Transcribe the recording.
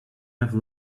have